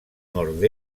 nord